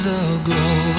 aglow